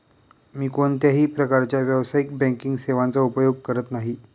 मी कोणत्याही प्रकारच्या व्यावसायिक बँकिंग सेवांचा उपयोग करत नाही